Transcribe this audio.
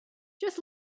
just